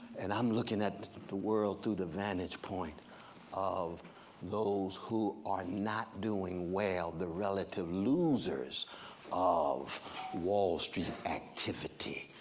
and i'm looking at the world through the vantage point of those who are not doing well, the relative losers of wall street activity.